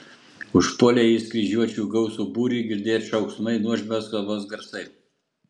užpuolė jis kryžiuočių gausų būrį girdėt šauksmai nuožmios kovos garsai